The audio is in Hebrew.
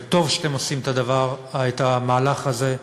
וטוב שאתם עושים את המהלך הזה,